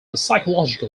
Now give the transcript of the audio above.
psychological